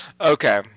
Okay